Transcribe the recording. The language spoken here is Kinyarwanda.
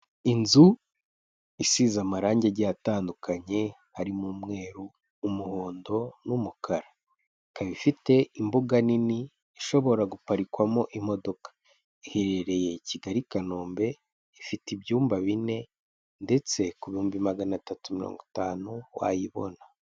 Inzu isize amarange agiye atandukanye, harimo umweru, umuhondo n'umukara, ikaba ifite imbuga nini ishobora guparikwamo imodoka, iherereye Kigali, Kanombe ifite ibyumba bine ndetse ku bihumbi magana atatu mirongo itanu wayibona.